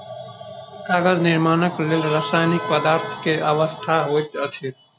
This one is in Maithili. कागज निर्माणक लेल रासायनिक पदार्थ के आवश्यकता होइत अछि